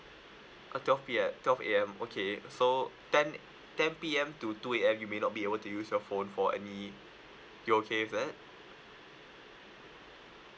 at twelve P_M twelve A_M okay so ten ten P_M to two A_M you may not be able to use your phone for any you're okay with that